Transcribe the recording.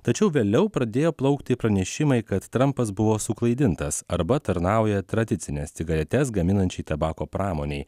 tačiau vėliau pradėjo plaukti pranešimai kad trampas buvo suklaidintas arba tarnauja tradicines cigaretes gaminančiai tabako pramonei